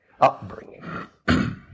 upbringing